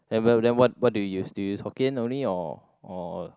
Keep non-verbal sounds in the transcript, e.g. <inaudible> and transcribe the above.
<noise> then what what do you use do you use Hokkien only or or